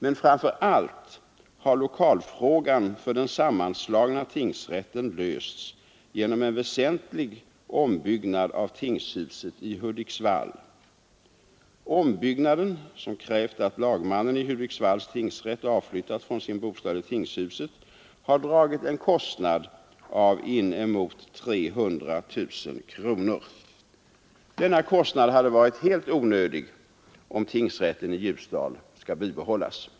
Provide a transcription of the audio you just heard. Men framför allt har lokalfrågan för den sammanslagna tingsrätten lösts genom en väsentlig ombyggnad av tingshuset i Hudiksvall. Ombyggnaden, som krävt att lagmannen i Hudiksvalls tingsrätt avflyttas från sin bostad i tingshuset, har dragit en kostnad av inemot 300 000 kronor. Denna kostnad hade varit helt onödig om tingsrätten i Ljusdal skall bibehållas.